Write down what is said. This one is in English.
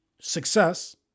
success